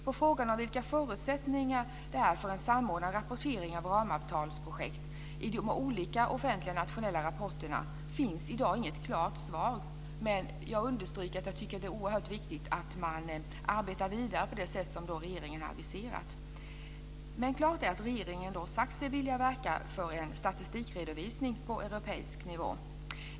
På frågan om vilka förutsättningar det finns för en samordnad rapportering av ramavtalsprojekt i de olika offentliga nationella rapporterna finns i dag inget klart svar, men jag understryker att jag tycker att det är oerhört viktig att man arbetar vidare på det sätt som regeringen har aviserat. Klart är att regeringen har sagt sig vilja verka för en statistikredovisning på europeisk nivå.